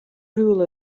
rule